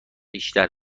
بیشتر